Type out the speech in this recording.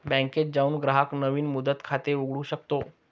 बँकेत जाऊन ग्राहक नवीन मुदत खाते उघडू शकतो